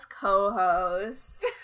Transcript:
co-host